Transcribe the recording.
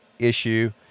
issue